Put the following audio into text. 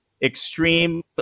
extreme